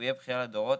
הוא יהיה בכייה לדורות,